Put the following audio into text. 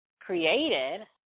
created